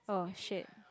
oh shit